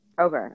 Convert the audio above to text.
Okay